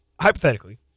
hypothetically